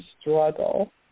struggle